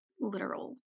literal